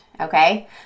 Okay